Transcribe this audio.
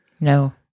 No